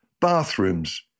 bathrooms